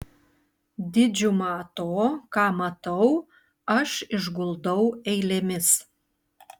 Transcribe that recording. didžiumą to ką matau aš išguldau eilėmis